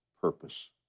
purpose